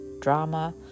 drama